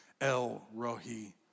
El-Rohi